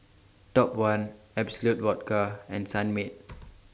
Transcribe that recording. Top one Absolut Vodka and Sunmaid